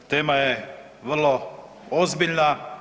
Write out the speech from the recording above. Tema je vrlo ozbiljna.